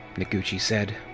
noguchi said.